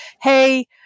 hey